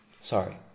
Sorry